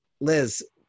Liz